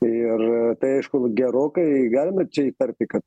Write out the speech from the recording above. ir tai aišku gerokai galima čia įtarti kad